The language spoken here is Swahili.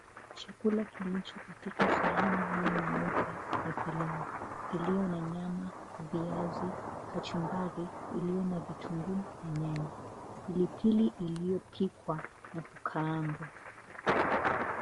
Chakula kilicho katika sahani hii nyeupe ni pilau iliyo na nyama, viazi, kachumbari iliyo na vitunguu na nyanya, pilipili iliyopikwa na kukaangwa.